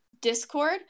Discord